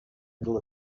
middle